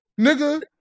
nigga